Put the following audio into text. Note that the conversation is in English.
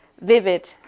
vivid